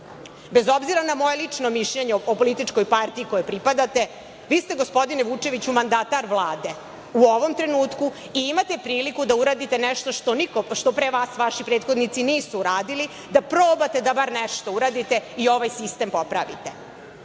obzira na moje lično mišljenje o političkoj partiji kojoj pripadate, vi ste, gospodine Vučeviću, mandatar Vlade u ovom trenutku i imate priliku da uradite nešto što pre vas vaši prethodnici nisu uradili, da probate da bar nešto uradite i ovaj sistem popravite.